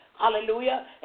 Hallelujah